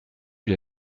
lui